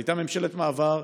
הייתה ממשלת מעבר,